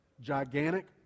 gigantic